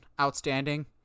outstanding